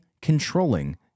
controlling